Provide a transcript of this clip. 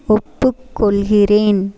ஒப்புக்கொள்கிறேன்